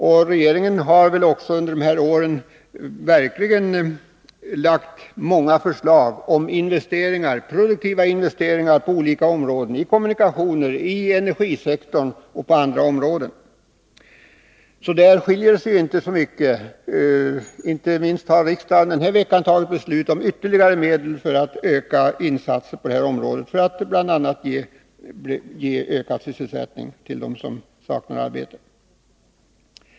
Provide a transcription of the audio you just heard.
Och regeringen har väl också under de här åren verkligen lagt fram många förslag på produktiva investeringar på olika områden, beträffande kommunikationer, inom energisektorn och på andra områden. Där skiljer det sig inte särskilt mycket. Inte minst har riksdagen den här veckan fattat beslut om ytterligare medel för att öka insatserna på det här området, bl.a. för att åstadkomma ökad sysselsättning för dem som saknar arbete.